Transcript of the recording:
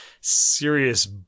serious